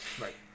Right